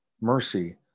mercy